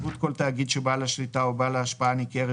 פירוט כל תאגיד שבעל השליטה או בעל ההשפעה הניכרת